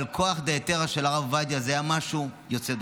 אבל כוח דהתירא של הרב עובדיה היה משהו יוצא דופן.